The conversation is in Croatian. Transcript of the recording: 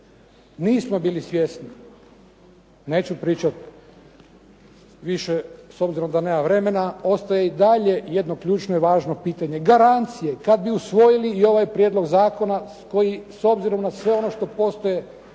Nismo bili svjesni. Neću pričat više s obzirom da nemam vremena. Ostaje i dalje jedno ključno, važno pitanje garancije kad bi usvojili i ovaj prijedlog zakona koji s obzirom na sve ono što postoji